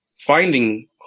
finding